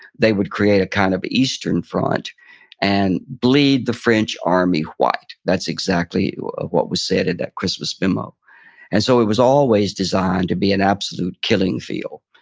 they would create a kind of eastern front and bleed the french army white. that's exactly what was said in that christmas memo and so it was always designed to be an absolute killing field.